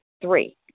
Three